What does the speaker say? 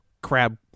crab